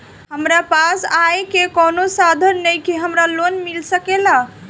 हमरा पास आय के कवनो साधन नईखे हमरा लोन मिल सकेला?